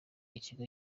ikigo